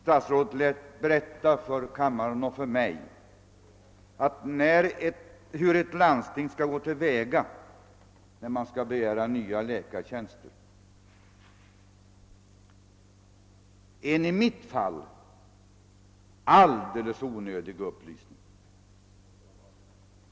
Han berättade för kammarens ledamöter och för mig hur ett landsting skall gå till väga när man begär nya läkartjänster, en i mitt fall alldeles onödig upplysning.